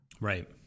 Right